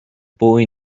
boy